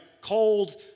cold